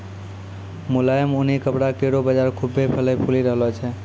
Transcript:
मुलायम ऊनी कपड़ा केरो बाजार खुभ्भे फलय फूली रहलो छै